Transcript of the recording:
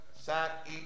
sat